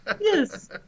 yes